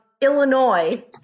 Illinois